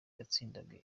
yatsindaga